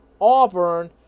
Auburn